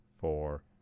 four